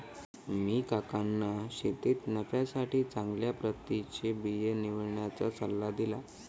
मी काकांना शेतीत नफ्यासाठी चांगल्या प्रतीचे बिया निवडण्याचा सल्ला दिला